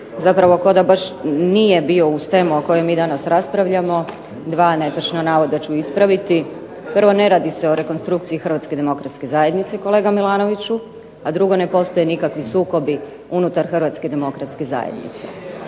zapravo kao da baš nije bio uz temu o kojoj mi danas Raspravljamo, dva netočna navoda ću ispraviti. Prvo ne radi se o rekonstrukciji Hrvatske demokratske zajednice kolega MIlanoviću, a drugo ne postoje nikakvi sukobi unutar Hrvatske demokratske zajednice.